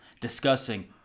discussing